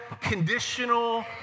conditional